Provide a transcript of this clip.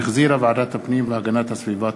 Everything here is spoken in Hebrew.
שהחזירה ועדת הפנים והגנת הסביבה.